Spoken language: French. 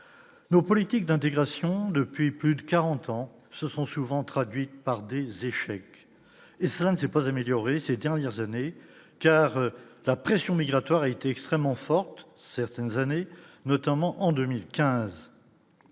nos politiques d'intégration depuis plus de 40 ans, ce sont souvent traduite par des échecs, et ça ne s'est pas amélioré ces dernières années, car la pression migratoire est extrêmement forte, certaines années, notamment en 2015,